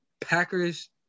Packers